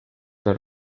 veel